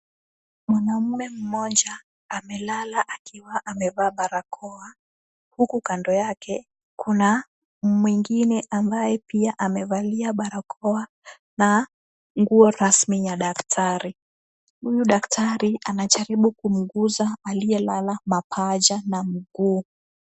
Mwanamume mmoja amelala akiwa amevaa barakoa, huku kando yake kuna mwingine ambaye pia amevalia barakoa na nguo rasmi ya daktari, huyu daktari anajaribu kumguza aliyelala mapaja na mguu.